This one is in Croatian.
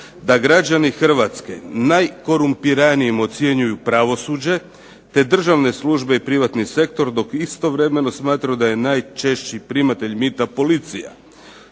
da građani Hrvatske najkorumpiranijim ocjenjuju pravosuđe, te državne službe i privatni sektor, dok istovremeno smatraju da je najčešći primatelj mita policija.